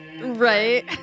Right